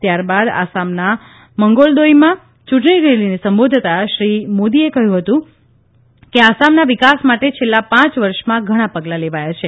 ત્યારબાદ આસામના મંગોલદોઇમાં ચૂંટણી રેલીને સંબોધતાં શ્રી મોદીએ કહ્યું હતું કે આસામના વિકાસ માટે છેલ્લા પાંચ વર્ષમાં ઘણા પગલા લેવાયા છે